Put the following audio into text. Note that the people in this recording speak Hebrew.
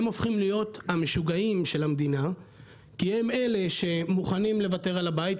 הם הופכים להיות המשוגעים של המדינה כי הם אלה שמוכנים לוותר על הבית,